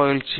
மகிழ்ச்சி